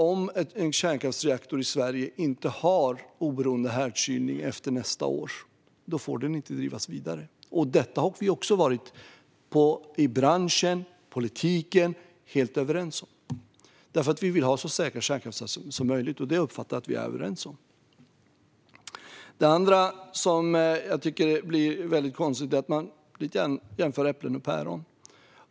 Om en kärnkraftsreaktor i Sverige inte har oberoende härdkylning efter nästa år får den inte drivas vidare. Detta har branschen och vi i politiken varit helt överens om, för vi vill ha så säkra kärnkraftverk som möjligt. Detta uppfattar jag att vi är överens om. Något annat som jag tycker är väldigt konstigt är att man jämför äpplen och päron.